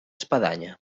espadanya